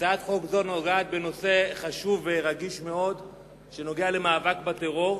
הצעת החוק נוגעת בנושא חשוב ורגיש מאוד הקשור למאבק בטרור.